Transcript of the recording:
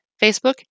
Facebook